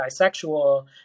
bisexual